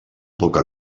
poca